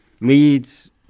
leads